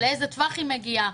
לאיזה טווח היא מגיעה,